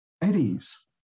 eddies